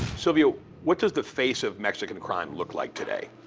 sylvia, what does the face of mexican crime look like today?